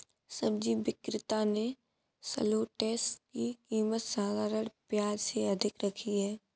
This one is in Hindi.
सब्जी विक्रेता ने शलोट्स की कीमत साधारण प्याज से अधिक रखी है